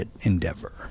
endeavor